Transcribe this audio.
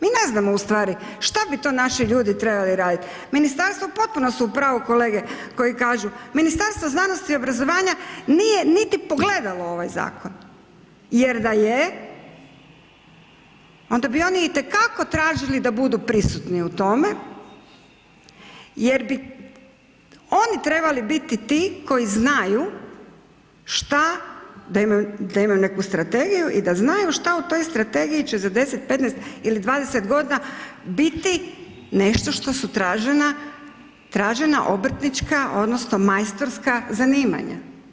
Mi ne znamo ustvari što bi to naši ljudi trebali raditi, ministarstvo potpuno su u pravu kolege koji kažu, Ministarstvo znanosti i obrazovanja nije niti pogledalo ovaj zakon, jer da je, onda bi oni itekako tražili da budu prisutni u tome jer bi oni trebali biti ti koji znaju što da imaju neku strategiju i da znaju što u toj strategiji će za 10, 15 ili 20 godina biti nešto što su tražena obrtnička odnosno majstorska zanimanja.